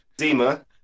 Zima